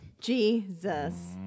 Jesus